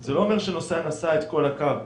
זה לא אומר שנוסע נסע את כל הקו.